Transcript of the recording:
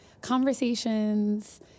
conversations